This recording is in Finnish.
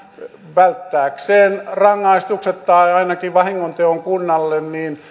välttääkseen rangaistukset tai ainakin vahingonteon kunnalle